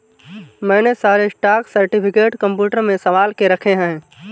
मैंने सारे stock certificate computer में संभाल के रखे हैं